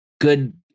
good